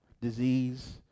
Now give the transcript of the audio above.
disease